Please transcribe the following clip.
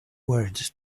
words